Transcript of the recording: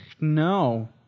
no